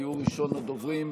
כי הוא ראשון הדוברים,